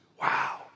Wow